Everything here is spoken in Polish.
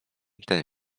ten